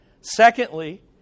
Secondly